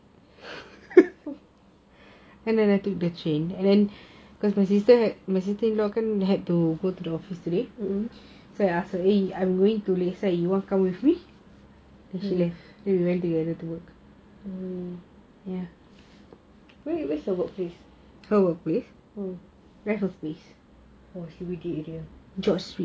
oh where's her workplace oh C_B_D area